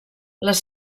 les